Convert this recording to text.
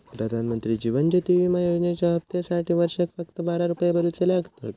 प्रधानमंत्री जीवन ज्योति विमा योजनेच्या हप्त्यासाटी वर्षाक फक्त बारा रुपये भरुचे लागतत